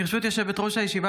ברשות יושבת-ראש הישיבה,